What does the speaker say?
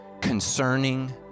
concerning